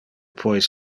pois